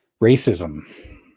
racism